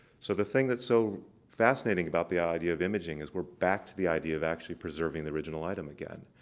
so the thing that's so fascinating about the idea of imaging is we're back to the idea of actually preserving the original item again.